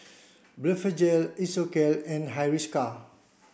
Blephagel Isocal and Hiruscar